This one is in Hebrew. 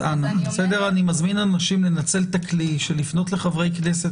אני מזמין אנשים לנצל את הכלי לפנות לחברי כנסת